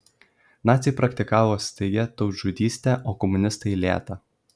naciai praktikavo staigią tautžudystę o komunistai lėtą